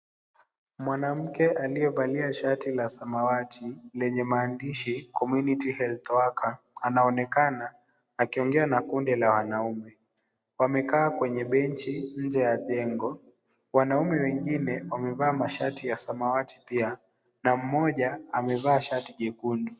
Mwanamke aliyevalia shati la samawati lenye maandishi Community Health Worker anaonekana akiongea na kundi la wanaume. Wamekaa kwenye benchi nje ya jengo, wanaume wengine wamevaa mashati ya samawati pia na moja amevaa shati jekundu.